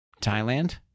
Thailand